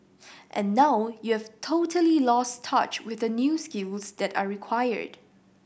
and now you've totally lost touch with the new skills that are required